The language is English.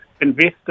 investors